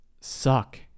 suck